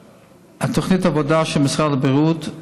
תוכנית העבודה של משרד הבריאות,